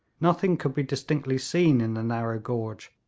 nothing could be distinctly seen in the narrow gorge,